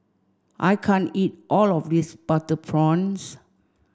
I can't eat all of this butter prawns